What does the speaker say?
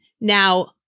Now